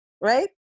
right